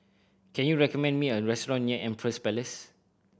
can you recommend me a restaurant near Empress Place